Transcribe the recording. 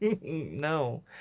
No